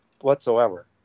whatsoever